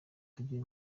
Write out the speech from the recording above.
tugiye